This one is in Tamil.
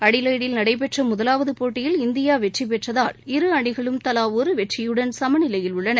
அடிவெப்டில் நடைபெற்ற முதலாவது போட்டியில் இந்தியா வெற்றிபெற்றதால் இரு அணிகளும் தலா ஒரு வெற்றியுடன் சமநிலையில் உள்ளன